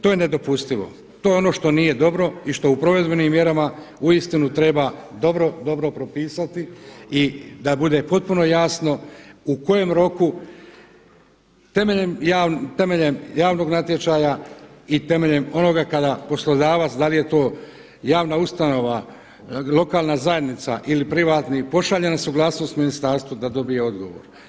To je nedopustivo, to je ono što nije dobro i što u provedbenim mjerama uistinu treba dobro, dobro propisati da bude potpuno jasno u kojem roku, temeljem javnog natječaja i temeljem onoga kada poslodavac, da li je to javna ustanova, lokalna zajednica ili privatni pošalje na suglasnost ministarstvu da dobije odgovor.